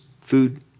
food